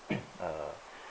err